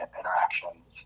interactions